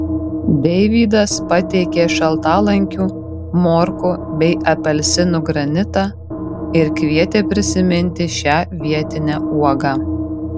deivydas pateikė šaltalankių morkų bei apelsinų granitą ir kvietė prisiminti šią vietinę uogą